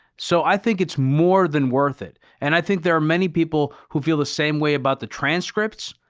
so, i think it's more than worth it. and i think there are many people who feel the same way about the transcripts,